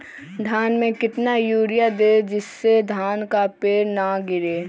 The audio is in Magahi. धान में कितना यूरिया दे जिससे धान का पेड़ ना गिरे?